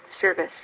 service